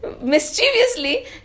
Mischievously